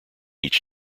each